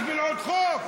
בשביל עוד חוק?